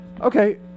Okay